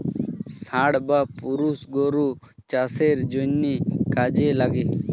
ষাঁড় বা পুরুষ গরু চাষের জন্যে কাজে লাগে